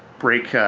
break yeah